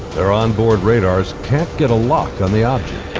their onboard radars can't get a lock on the um